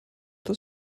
das